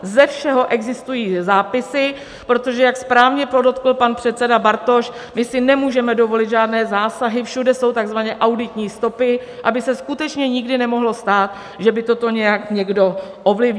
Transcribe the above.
Ze všeho existují zápisy, protože jak správně podotkl pan předseda Bartoš, my si nemůžeme dovolit žádné zásahy, všude jsou tzv. auditní stopy, aby se skutečně nikdy nemohlo stát, že by toto nějak někdo ovlivnil.